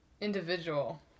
individual